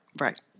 Right